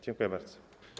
Dziękuję bardzo.